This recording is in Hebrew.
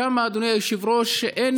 שם, אדוני היושב-ראש, אין